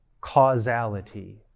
causality